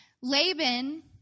Laban